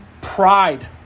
pride